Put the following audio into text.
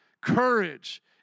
Courage